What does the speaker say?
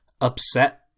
upset